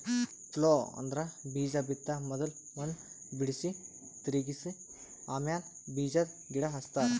plough ಅಂದ್ರ ಬೀಜಾ ಬಿತ್ತ ಮೊದುಲ್ ಮಣ್ಣ್ ಬಿಡುಸಿ, ತಿರುಗಿಸ ಆಮ್ಯಾಲ ಬೀಜಾದ್ ಗಿಡ ಹಚ್ತಾರ